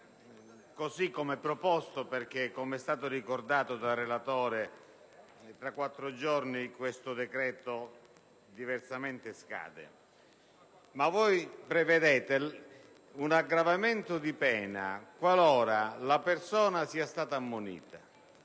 così come proposto, perché diversamente, come è stato ricordato dal relatore, tra quattro giorni questo decreto scade. Voi prevedete un aggravamento di pena qualora la persona sia stata ammonita.